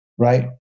Right